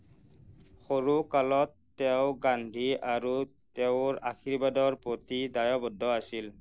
সৰু কালত তেওঁ গান্ধী আৰু তেওঁৰ আদৰ্শৰ প্ৰতি দায়বদ্ধ আছিল